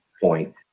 point